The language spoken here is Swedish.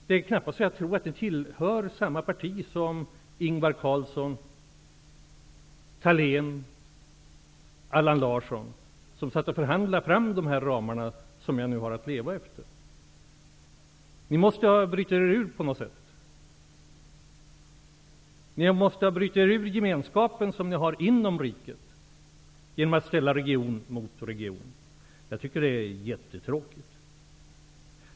Det är knappt att jag tror att ni tillhör samma parti som Ingvar Carlsson, Ingela Thalén och Allan Larsson, som satt och förhandlade fram de här ramarna som jag nu har att leva efter. Ni måste på något sätt ha brutit er ur den gemenskap ni har inom riket genom att ställa region mot region. Jag tycker att det är jättetråkigt.